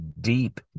deep